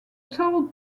toll